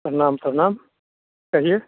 प्रणाम प्रणाम कहिए